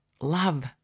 Love